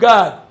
God